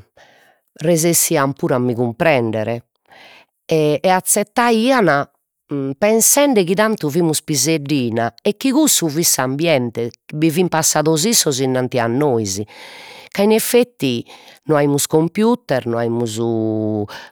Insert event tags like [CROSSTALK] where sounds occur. [HESITATION] resessian puru a mi cumprender e e azzettaian pensende chi tantu fimus piseddina e chi cussu fit s'ambiente, bi fin passados issos innanti 'e a nois, ca in effetti no aimus computer, no aimus